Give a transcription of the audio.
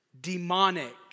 demonic